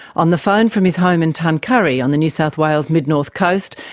on the phone from his home in tuncurry on the new south wales mid-north coast,